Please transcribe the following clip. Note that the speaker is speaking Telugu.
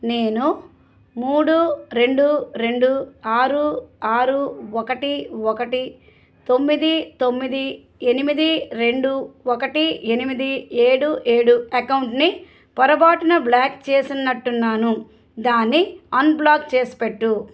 నేను మూడు రెండు రెండు ఆరు ఆరు ఒకటి ఒకటి తొమ్మిది తొమ్మిది ఎనిమిది రెండు ఒకటి ఎనిమిది ఏడు ఏడు అకౌంటుని పొరపాటున బ్లాక్ చేసినట్టున్నాను దాన్ని అన్బ్లాక్ చేసిపెట్టు